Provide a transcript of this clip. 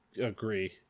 agree